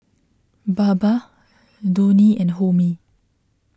Baba Dhoni and Homi